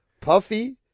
puffy